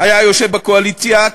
היה יושב בקואליציה,